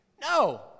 No